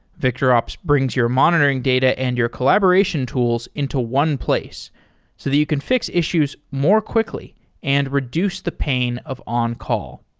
victorops brings your monitoring data and your collaboration tools into one place so that you can fix issues more quickly and reduce the pain of on-call.